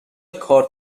کارت